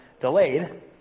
delayed